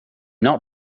not